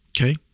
Okay